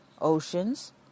oceans